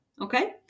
Okay